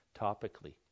topically